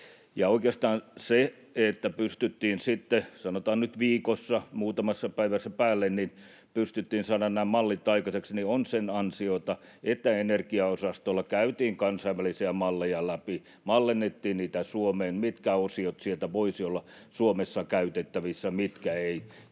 Oikeastaan se, että pystyttiin sitten, sanotaan nyt, viikossa — ja muutama päivä päälle — saamaan nämä mallit aikaiseksi, on sen ansiota, että energiaosastolla käytiin kansainvälisiä malleja läpi: mallinnettiin niitä Suomeen, mitkä osiot sieltä voisivat olla Suomessa käytettävissä, mitkä eivät